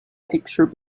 picture